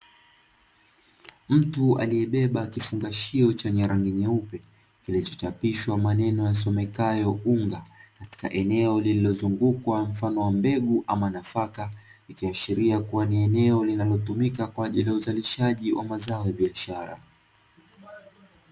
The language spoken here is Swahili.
Mtu aliyebeba kifungashio chenye rangi nyeupe, kilicho chapishwa maneneo yasomekayo ''unga'' katika eneo lililozungukwa mfano wa mbegu ama nafaka, ikiashiria kuwa ni eneo ambalo linatumika kwa ajili ya uzalishaji wa mazao ya biashara.